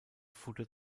futter